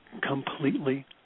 completely